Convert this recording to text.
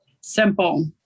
Simple